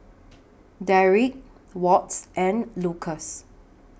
Dereck Walts and Lukas